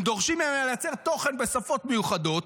הם דורשים מהם לייצר תוכן בשפות מיוחדות,